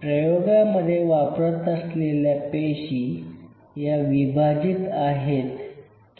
प्रयोगामध्ये वापरत असलेल्या पेशी या विभाजित आहेत